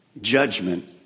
Judgment